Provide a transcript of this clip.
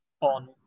on